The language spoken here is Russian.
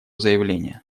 заявление